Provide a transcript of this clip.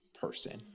person